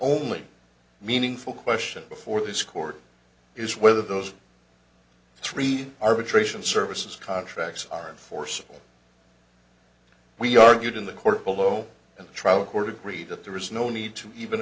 only meaningful question before this court is whether those three arbitration services contracts are in forcible we argued in the court below and the trial court agreed that there was no need to even